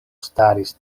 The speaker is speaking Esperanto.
staris